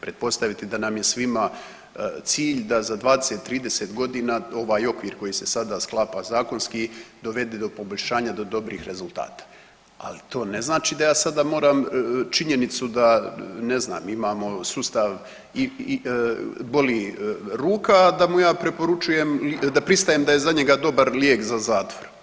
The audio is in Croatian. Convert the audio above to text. Pretpostaviti da nam je svima cilj da za 20, 30 godina ovaj okvir koji se sada sklapa zakonski dovede do poboljšanja do dobrih rezultata, ali to ne znači da ja sada moram činjenicu da ne znam imamo sustav i boli ruka, a da mu ja preporučujem da pristajem da je za njega dobar lijek za zatvor.